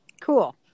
Cool